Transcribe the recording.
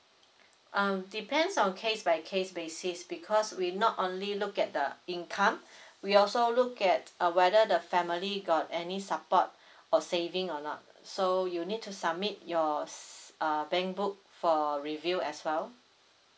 um depends on case by case basis because we not only look at the income we also look at uh whether the family got any support or saving or not so you need to submit your uh bank book for review as well